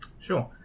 Sure